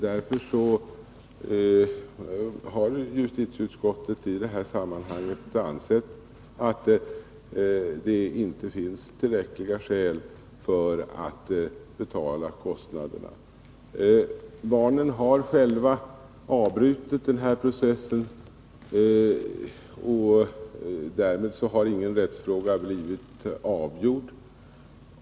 Därför har justitieutskottet i detta sammanhang ansett att det inte finns tillräckliga skäl för att staten skall betala kostnaderna. Barnen har själva avbrutit denna process. Därmed har ingen rättsfråga blivit avgjord.